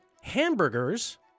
hamburgers